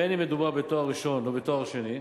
בין שמדובר בתואר ראשון או בתואר שני,